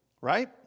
Right